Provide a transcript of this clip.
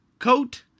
Coat